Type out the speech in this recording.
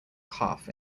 calf